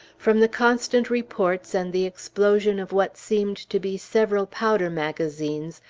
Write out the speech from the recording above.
from the constant reports, and the explosion of what seemed to be several powder magazines,